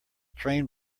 train